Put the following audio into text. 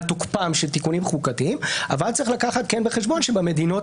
תוקפם של תיקונים חוקתיים אבל אז צריך בחשבון שבמדינות